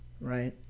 right